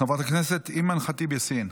חברת הכנסת אימאן ח'טיב יאסין,